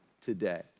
today